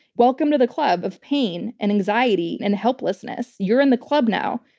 welcome to the club of pain and anxiety and helplessness. you're in the club now.